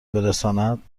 برساند